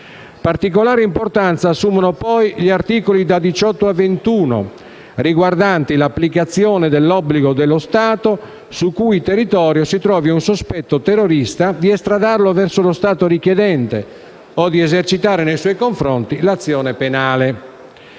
Particolare importanza assumono, inoltre, gli articoli da 18 a 21, riguardanti l'applicazione dell'obbligo dello Stato, sul cui territorio si trovi un sospetto terrorista, di estradarlo verso lo Stato richiedente o di esercitare nei suoi confronti l'azione penale.